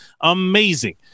Amazing